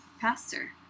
pastor